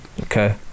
okay